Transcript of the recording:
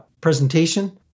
presentation